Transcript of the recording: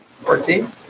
Fourteen